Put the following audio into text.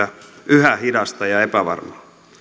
yhä hidasta ja epävarmaa